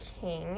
King